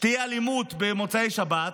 שתהיה אלימות במוצאי שבת.